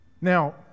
Now